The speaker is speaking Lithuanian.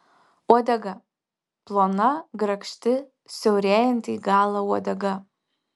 uodega plona grakšti siaurėjanti į galą uodega